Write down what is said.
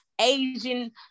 asian